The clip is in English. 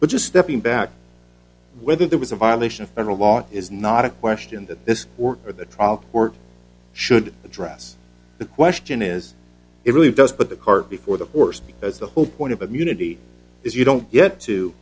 but just stepping back whether there was a violation of federal law is not a question that this or the trial court should address the question is it really does put the cart before the horse as the whole point of immunity is you don't get to